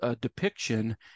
depiction